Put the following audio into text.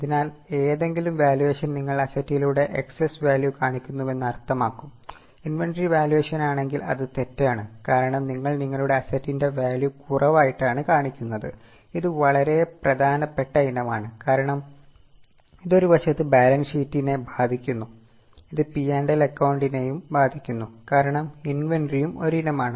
അതിനാൽ ഏതെങ്കിലും വാല്യൂവേഷൻ നിങ്ങൾ അസറ്റിന്റെ എക്സൈസ്ബാധിക്കുന്നു കാരണം ഇൻവെന്ററിയും ഒരു ഇനമാണ്